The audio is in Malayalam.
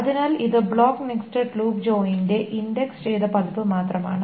അതിനാൽ ഇത് ബ്ലോക്ക് നെസ്റ്റഡ് ലൂപ്പ് ജോയിൻ ന്റെ ഇൻഡെക്സ് ചെയ്ത പതിപ്പ് മാത്രമാണ്